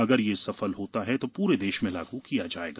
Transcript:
अगर यह सफल रहा तो इसे पूरे देश में लागू किया जाएगा